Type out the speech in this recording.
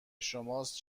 شماست